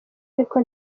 ariko